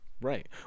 Right